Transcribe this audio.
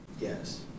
Yes